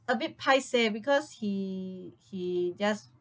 a bit pai seh because he he just